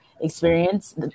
experience